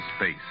space